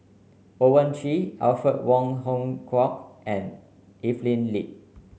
Owyang Chi Alfred Wong Hong Kwok and Evelyn Lip